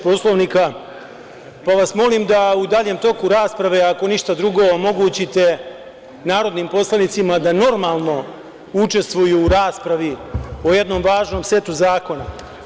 Poslovnika, pa vas molim da u daljem toku rasprave, ako ništa drugo, omogućite narodnim poslanicima da normalno učestvuju u raspravi o jednom važnom setu zakona.